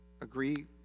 agree